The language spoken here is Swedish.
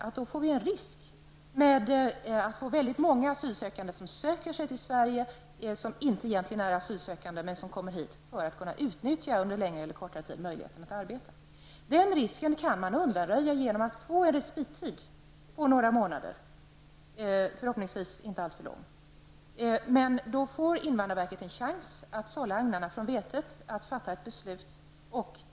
Det skulle kunna innebära en risk för att många söker asyl bara för att under kortare eller längre tid kunna arbeta i Sverige. Den risken kan således undanröjas genom en respittid på några månader, förhoppningsvis inte alltför många. Invandrarverket får därmed en chans att sålla agnarna från vetet innan man fattar beslut.